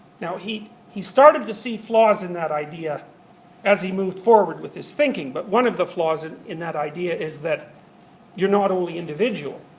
now he he started to see flaws in that idea as he moved forward with his thinking, but one of the flaws in that idea is that you're not only individual,